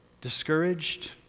discouraged